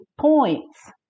points